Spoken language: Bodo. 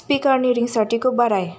स्पिकारनि रिंसारथिखौ बाराय